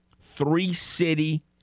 three-city